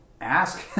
ask